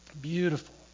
Beautiful